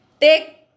Take